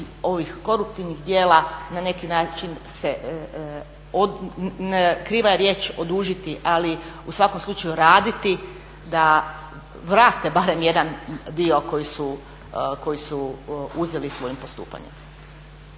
ovih koruptivnih djela na neki način se, kriva je riječ odužiti, ali u svakom slučaju raditi da vrate barem jedan dio koji su uzeli svojim postupanjem.